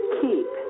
keep